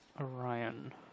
Orion